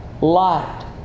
light